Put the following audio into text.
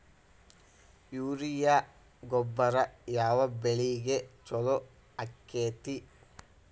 Urea ಗೊಬ್ಬರ ಯಾವ ಬೆಳಿಗೆ ಛಲೋ ಆಕ್ಕೆತಿ?